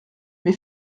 mais